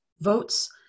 votes